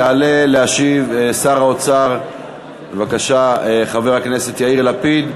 יעלה להשיב שר האוצר, בבקשה, חבר הכנסת יאיר לפיד.